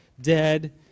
dead